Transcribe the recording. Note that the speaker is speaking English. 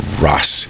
Ross